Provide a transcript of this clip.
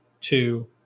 two